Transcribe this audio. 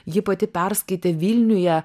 ji pati perskaitė vilniuje